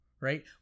right